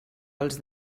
als